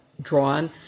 drawn